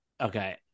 okay